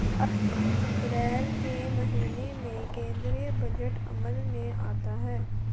अप्रैल के महीने में केंद्रीय बजट अमल में आता है